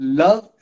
love